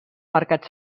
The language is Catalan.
mercat